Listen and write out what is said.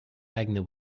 eigene